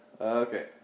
Okay